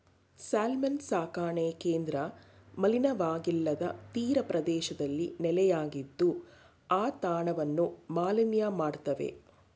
salmon ಸಾಕಣೆ ಕೇಂದ್ರ ಮಲಿನವಾಗಿಲ್ಲದ ತೀರಪ್ರದೇಶದಲ್ಲಿ ನೆಲೆಯಾಗಿದ್ದು ಆ ತಾಣವನ್ನು ಮಾಲಿನ್ಯ ಮಾಡ್ತವೆ